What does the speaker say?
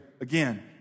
Again